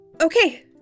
Okay